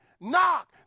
knock